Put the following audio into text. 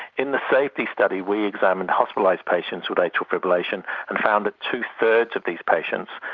in the safety study we examined hospitalised patients with atrial fibrillation and found that two-thirds of these patients,